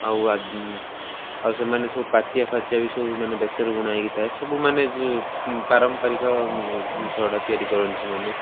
ଆଉ ଆଉ ସେମାନେ ସବୁ ପାଚିଆ ଫାଚିଆ ବି ସବୁ ମାନେ ବେତରେ ବୁଣା ହେଇକି ଥାଏ ସବୁମାନେ ପାରମ୍ପାରିକ ଜିନିଷ ଗୁଡ଼ା ତିଆରି କରନ୍ତି ସେମାନେ